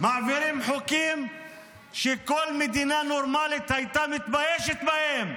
מעבירים חוקים שכל מדינה נורמלית הייתה מתביישת בהם.